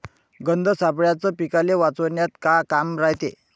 गंध सापळ्याचं पीकाले वाचवन्यात का काम रायते?